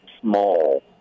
small